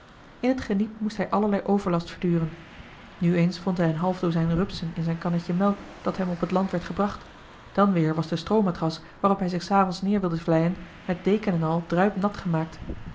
in het geniep moest hij allerlei overlast verduren nu eens vond hij een half dozijn rupsen in zijn kannetje melk dat hem op het land werd gebracht dan weer was de stroomatras waarop hij zich s avonds neer wilde vlijen met deken en al druipnat gemaakt